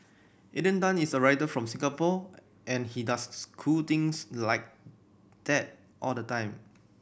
Alden Tan is a writer from Singapore and he does cool things like that all the time